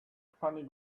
funny